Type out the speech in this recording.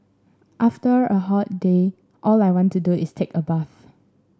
after a hot day all I want to do is take a bath